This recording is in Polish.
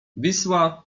wisła